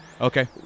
Okay